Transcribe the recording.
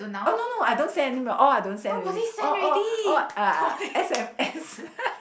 oh no no I don't send anymore all I don't already all all all uh S_M_S